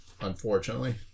Unfortunately